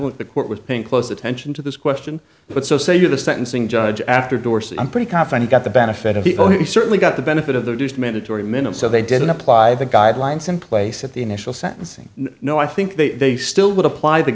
want the court was paying close attention to this question but so say you the sentencing judge after dorsey i'm pretty confident got the benefit of people he certainly got the benefit of the mandatory minimum so they didn't apply the guidelines in place at the initial sentencing no i think they still would apply the